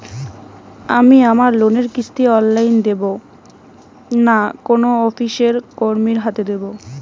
আমি আমার লোনের কিস্তি অনলাইন দেবো না কোনো অফিসের কর্মীর হাতে দেবো?